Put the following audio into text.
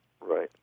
Right